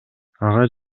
ага